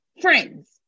friends